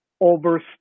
over